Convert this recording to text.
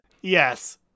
Yes